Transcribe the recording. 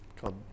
called